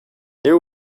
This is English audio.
there